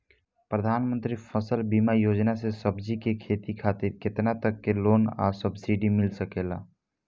प्रधानमंत्री फसल बीमा योजना से सब्जी के खेती खातिर केतना तक के लोन आ सब्सिडी मिल सकेला?